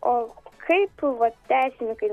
o kaip vat teisininkai